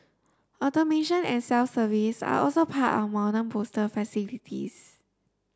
automation and self service are also part of modern postal facilities